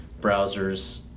browsers